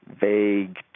vague